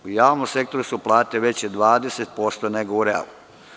U javnom sektoru su plate veće 20% nego u realnom.